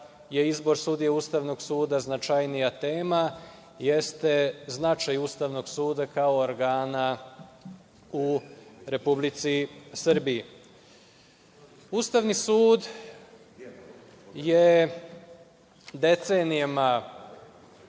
je izbor sudija Ustavnog suda značajnija tema jeste značaj Ustavnog suda kao organa u Republici Srbiji. Ustavni sud je decenijama